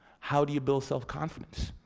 how do you build self-confidence?